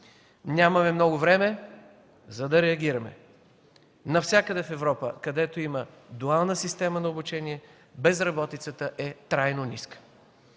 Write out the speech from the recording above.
Нямаме много време, за да реагираме. Навсякъде в Европа, където има дуална система на обучение, безработицата е трайно ниска.